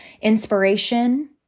inspiration